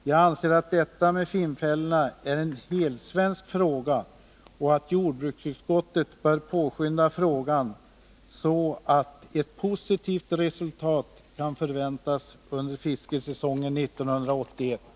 Jag anser att detta med finnfällor är en helsvensk fråga och att jordbruksutskottet bör påskynda saken, så att ett positivt resultat kan förväntas under fiskesäsongen 1981.